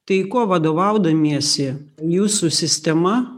tai kuo vadovaudamiesi jūsų sistema